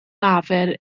lafur